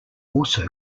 also